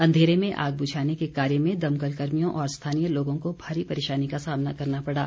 अंधेरे में आग बुझाने के कार्य में दमकल कर्मियों और स्थानीय लोगों को भारी परेशानी का सामना करना पड़ा